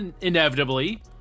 inevitably